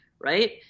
right